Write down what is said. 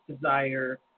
desire